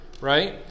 right